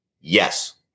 Yes